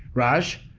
raj,